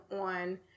on